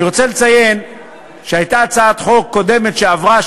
אני רוצה לציין שהייתה הצעת חוק קודמת שעברה,